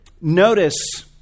Notice